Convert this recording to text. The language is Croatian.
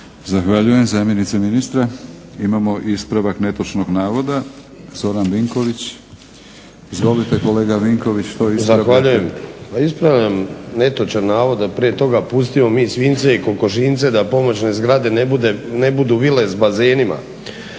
Zahvaljujem zamjenice ministra. Imamo ispravak netočnog navoda, Zoran Vinković. Izvolite kolega Vinković. **Vinković, Zoran (HDSSB)** Zahvaljujem. Ispravljam netočan navod, a prije toga pustimo mi svinjce i kokošinjce da pomoćne zgrade ne budu vile s bazenima.